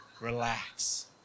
relax